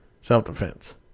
Self-defense